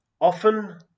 often